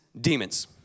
demons